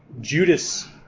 Judas